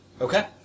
Okay